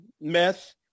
meth